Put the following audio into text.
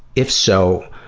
if so,